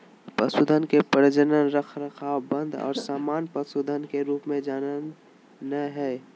पशुधन के प्रजनन, रखरखाव, वध और सामान्य पशुपालन के रूप में जा नयय हइ